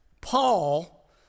Paul